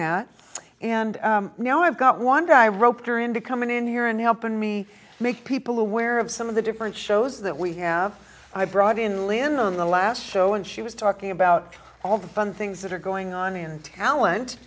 that and you know i've got one guy roped her into coming in here and helping me make people aware of some of the different shows that we have i brought in lee in the last show and she was talking about all the fun things that are going on in talent